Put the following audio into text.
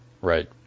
Right